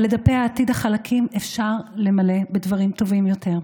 אבל את דפי העתיד החלקים אפשר למלא בדברים טובים יותר.